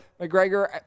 McGregor